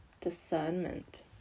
discernment